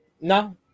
No